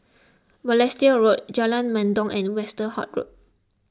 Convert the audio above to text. Balestier Road Jalan Mendong and Westerhout Road